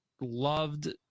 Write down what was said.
loved –